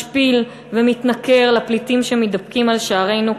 משפיל ומתנכר לפליטים שמתדפקים על שערינו כיום.